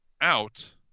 out